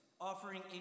offering